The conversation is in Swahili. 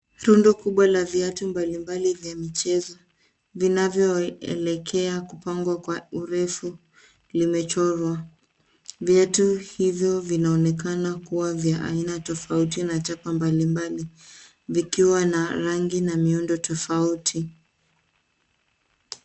Rundo kubwa la viatu mbalimbali vya michezo vinavyoelekea kupangwa kwa urefu limechorwa. Viatu hivyo vinaonekana kuwa vya aina tofauti na chapa mbalimbali vikiwa na rangi na miundo tofauti.